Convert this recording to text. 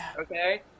okay